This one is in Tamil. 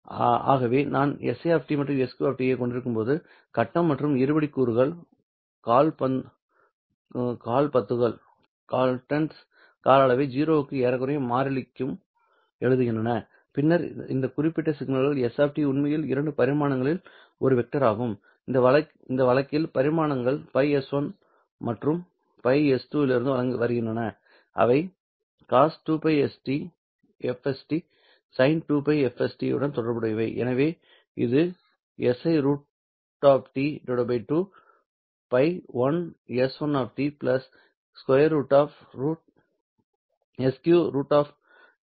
ஆகவே நான் si மற்றும் sq ஐக் கொண்டிருக்கும்போது கட்டம் மற்றும் இருபடி கூறுகள் கால் பத்துகள் கால அளவை 0 க்கு ஏறக்குறைய மாறிலிக்கு எழுதுகின்றன பின்னர் இந்த குறிப்பிட்ட சிக்னல் s உண்மையில் இரண்டு பரிமாணங்களில் ஒரு வெக்டர் ஆகும் இந்த வழக்கில் பரிமாணங்கள் ϕS1 மற்றும் ϕS2 இலிருந்து வருகின்றன அவை cos 2πfst மற்றும் sin 2πfst உடன் தொடர்புடையவை எனவே இது si√T 2 ϕ 1S1 sq √T 2 ϕS2 ஆக இருக்கும்